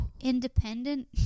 independent